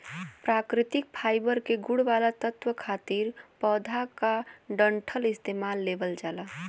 प्राकृतिक फाइबर के गुण वाला तत्व खातिर पौधा क डंठल इस्तेमाल लेवल जाला